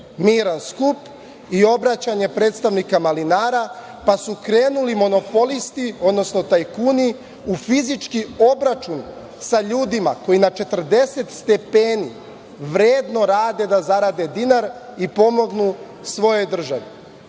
miran skup i obraćanje predstavnika malinara, pa su krenuli monopolisti, odnosno tajkuni u fizički obračun sa ljudima koji na 40 stepeni vredno rade da zarade dinar i pomognu svojoj državi.